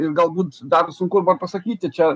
ir galbūt dar sunku pasakyti čia